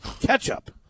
Ketchup